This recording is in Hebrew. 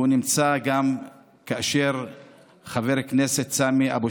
והוא נמצא גם כאשר חבר הכנסת סמי אבו